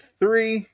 three